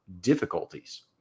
difficulties